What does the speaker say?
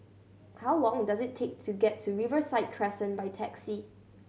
how long does it take to get to Riverside Crescent by taxi